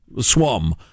swum